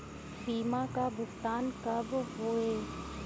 बीमा का भुगतान कब होइ?